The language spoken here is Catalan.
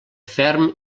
ferm